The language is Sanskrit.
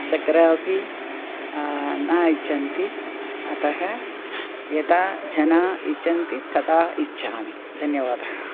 शर्करा अपि न इच्छन्ति अतः यदा जनाः इच्छन्ति तदा इच्छामि धन्यवादः